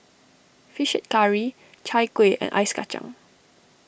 Fish Head Curry Chai Kueh and Ice Kacang